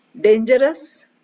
dangerous